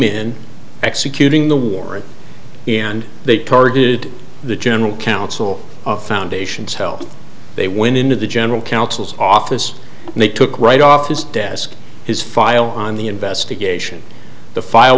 in executing the warrant and they targeted the general counsel foundation's hell they went into the general counsel's office and they took right off his desk his file on the investigation the file